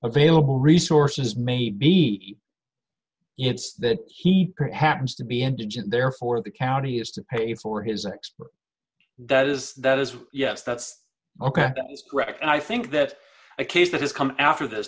available resources may be it's that he happens to be indigent therefore the county has to pay for his ex that is that is yes that's ok i think that a case that has come after this